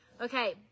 Okay